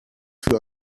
für